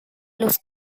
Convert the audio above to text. los